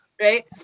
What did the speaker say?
right